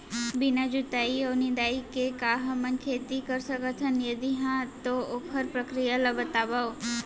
बिना जुताई अऊ निंदाई के का हमन खेती कर सकथन, यदि कहाँ तो ओखर प्रक्रिया ला बतावव?